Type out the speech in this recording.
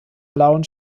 blauen